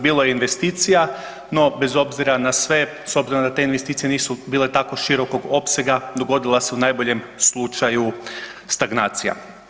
Bilo je investicija no bez obzira na sve s obzirom da te investicije nisu bile tako širokog opsega, dogodila se u najboljem slučaju stagnacija.